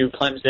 Clemson